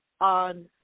on